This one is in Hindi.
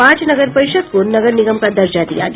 पांच नगर परिषद को नगर निगम का दर्जा दिया गया